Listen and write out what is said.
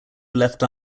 left